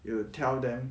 you will tell them